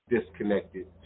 disconnected